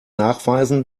nachweisen